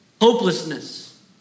hopelessness